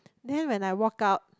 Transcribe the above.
then when I walk out